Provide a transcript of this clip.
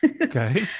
Okay